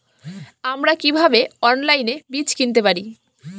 আমরা কীভাবে অনলাইনে বীজ কিনতে পারি?